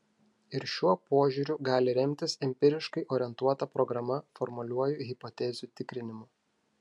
ir šiuo požiūriu gali remtis empiriškai orientuota programa formaliuoju hipotezių tikrinimu